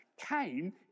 came